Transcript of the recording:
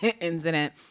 incident